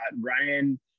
Ryan